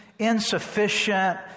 insufficient